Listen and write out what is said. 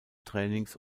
trainings